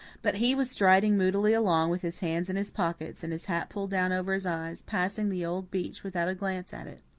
but he was striding moodily along with his hands in his pockets, and his hat pulled down over his eyes, passing the old beech without a glance at it.